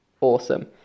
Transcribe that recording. awesome